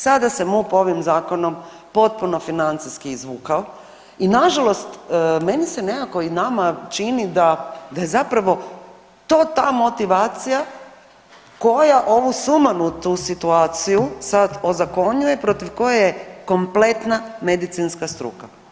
Sada se MUP ovim zakonom potpuno financijski izvukao i nažalost meni se nekako i nama čini da je zapravo to ta motivacija koja ovu sumanutu situaciju sad ozakonjuje, protiv koje je kompletna medicinska struka.